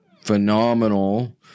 phenomenal